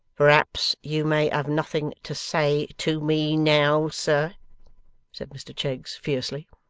perhaps you may have nothing to say to me now, sir said mr cheggs fiercely.